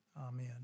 Amen